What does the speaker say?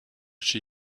she